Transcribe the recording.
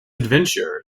adventure